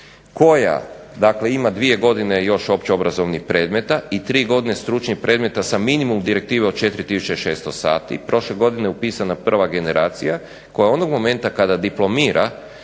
dakle ima 2 godine još opće obrazovnih predmeta i 3 godine stručnih predmeta sa minimum direktive od 4600 sati. Prošle godine upisana prva generacija koja onog momenta kada diplomira